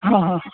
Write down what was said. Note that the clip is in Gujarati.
હં હં હં